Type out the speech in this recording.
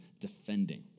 defending